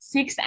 Six